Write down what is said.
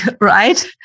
right